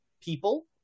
people